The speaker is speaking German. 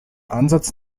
ansatz